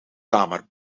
kamer